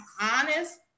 honest